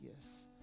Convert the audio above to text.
yes